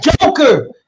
joker